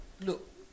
look